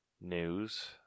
news